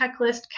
checklist